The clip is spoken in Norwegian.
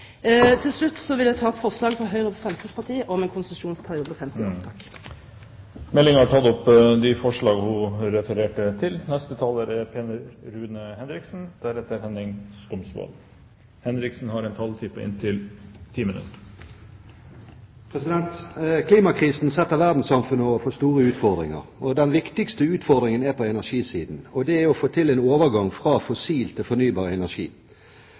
Til slutt vil jeg ta opp forslaget fra Høyre og Fremskrittspartiet om en konsesjonsperiode på 50 år. Representanten Siri A. Meling har tatt opp det forslaget hun refererte til. Klimakrisen stiller verdenssamfunnet overfor store utfordringer. Den viktigste utfordringen er på energisiden. Det er å få til en overgang fra fossil til fornybar energi.